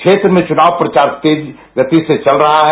क्षेत्र में चुनाव प्रचार तेज गति से चल रहा है